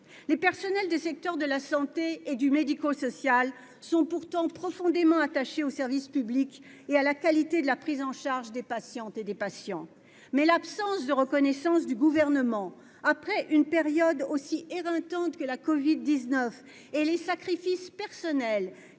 Les personnels du secteur de la santé et du médico-social sont pourtant profondément attachés au service public et à la qualité de la prise en charge des patientes et des patients. Mais après une période aussi éreintante que la covid-19 et les sacrifices personnels